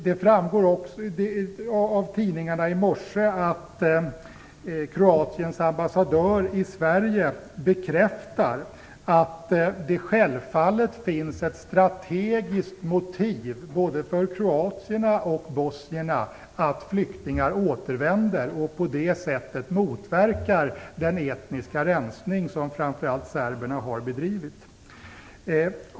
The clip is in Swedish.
Av tidningarna i dag framgår det också att Kroatiens ambassadör i Sverige bekräftar att det självfallet finns ett strategiskt motiv både för kroaterna och bosnierna att flyktingar återvänder och på det sättet motverkar den etniska rensning som framför allt serberna har bedrivit.